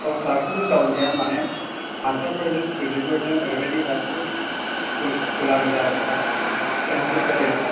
औ सार खुनु दावद गैया माने मासथारफोरजों स्थुदेन्थफोरजों ओरैबादि गासिबो खुल खुला गोजा आरो सार फ्रेनसिपफोर बायदि